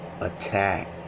attack